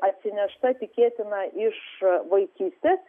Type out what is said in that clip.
atsinešta tikėtina iš vaikystės